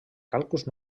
càlculs